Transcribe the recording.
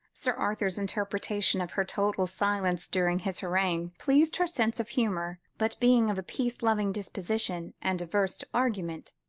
sir arthur's interpretation of her total silence during his harangue, pleased her sense of humour, but, being of a peace-loving disposition, and averse to argument,